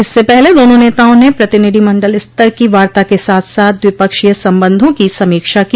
इससे पहले दोनों नेताओं ने प्रतिनिधिमण्डल स्तर की वार्ता के साथ साथ द्विपक्षीय संबंधों की समीक्षा की